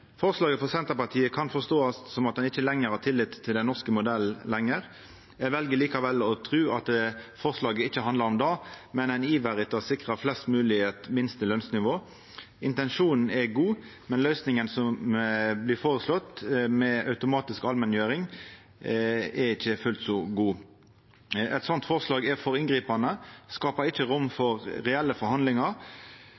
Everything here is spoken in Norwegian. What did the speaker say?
tillit til den norske modellen. Eg vel likevel å tru at forslaget ikkje handlar om det, men ein iver etter å sikra flest mogleg eit minstelønsnivå. Intensjonen er god, men løysinga som blir føreslått med automatisk allmenngjering, er ikkje fullt så god. Eit slikt forslag er for inngripande, skapar ikkje rom